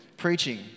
preaching